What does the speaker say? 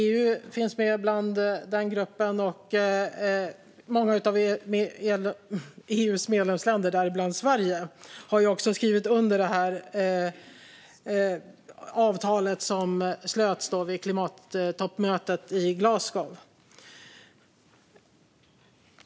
EU finns med i den gruppen. Många av EU:s medlemsländer, däribland Sverige, har också skrivit under det avtal som slöts vid klimattoppmötet i Glasgow.